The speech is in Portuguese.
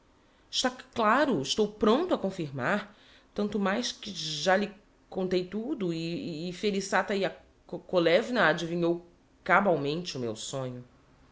c claro estou pronto a confirmar tanto mais que já lhes contei tudo e felissata yako kolevna adivinhou ca balmente o meu sonho